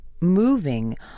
moving